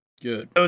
Good